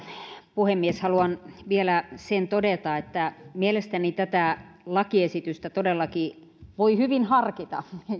puhemies haluan vielä sen todeta että mielestäni tätä lakiesitystä todellakin voi hyvin harkita